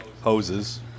Hoses